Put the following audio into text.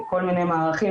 כל מיני מערכים,